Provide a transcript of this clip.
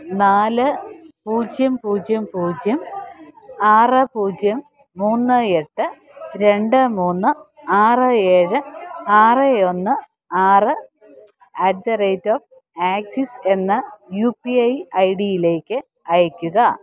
നാല് പൂജ്യം പൂജ്യം പൂജ്യം ആറ് പൂജ്യം മൂന്ന് എട്ട് രണ്ട് മൂന്ന് ആറ് ഏഴ് ആറ് ഒന്ന് ആറ് at the rate of Axis എന്ന യു പി ഐ ഐഡിയിലേക്ക് അയയ്ക്കുക